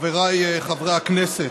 חבריי חברי הכנסת,